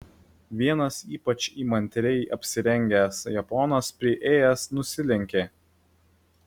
vienas ypač įmantriai apsirengęs japonas priėjęs nusilenkė